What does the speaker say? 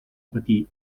patir